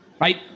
Right